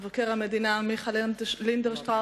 מבקר המדינה מיכה לינדנשטראוס,